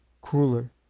cooler